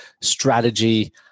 strategy